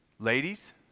Ladies